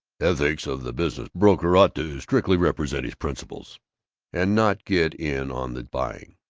ethics of the business-broker ought to strictly represent his principles and not get in on the buying,